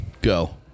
go